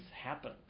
happen